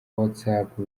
watsapp